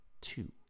two